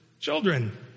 children